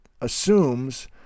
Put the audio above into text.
assumes